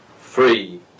free